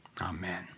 Amen